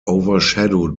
overshadowed